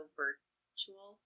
virtual